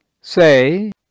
say